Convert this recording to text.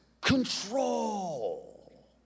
Control